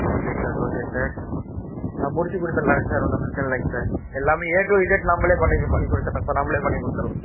okay sir okay sir ஆ முடித்துக் கொடுத்துரலாங்க சார் ஒன்றும் பிரச்சின இல்லைங்க சார் எல்லாமே ஏ டு இஜட் நாம்மளே பண்ணி பண்ணிக் கொடுத்துரலாம் சார் நாம்மளே பண்ணிக் கொடுத்துரலாம்